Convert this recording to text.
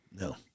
No